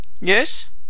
Yes